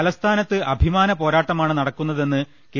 തലസ്ഥാനത്ത് അഭിമാനപോരാട്ടമാണ് നടക്കുന്നതെന്ന് കെ